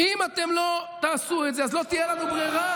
אם אתם לא תעשו את זה, לא תהיה לנו ברירה.